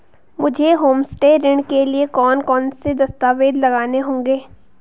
मुझे होमस्टे ऋण के लिए कौन कौनसे दस्तावेज़ लगाने होंगे?